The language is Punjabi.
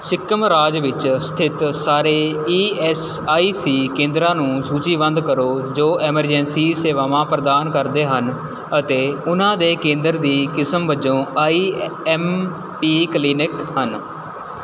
ਸਿੱਕਮ ਰਾਜ ਵਿੱਚ ਸਥਿਤ ਸਾਰੇ ਈ ਐਸ ਆਈ ਸੀ ਕੇਂਦਰਾਂ ਨੂੰ ਸੂਚੀਬੱਧ ਕਰੋ ਜੋ ਐਮਰਜੈਂਸੀ ਸੇਵਾਵਾਂ ਪ੍ਰਦਾਨ ਕਰਦੇ ਹਨ ਅਤੇ ਉਹਨਾਂ ਦੇ ਕੇਂਦਰ ਦੀ ਕਿਸਮ ਵਜੋਂ ਆਈ ਐਮ ਪੀ ਕਲੀਨਿਕ ਹਨ